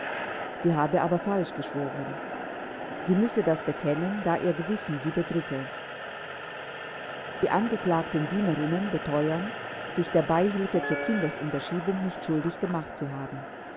sie habe aber falsch geschworen sie müsse das bekennen da sie ihr gewissen bedrücke die angeklagten dienerinnen beteuern sich der beihilfe zur kindesunterschiebung nicht schuldig gemacht zu haben